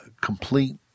complete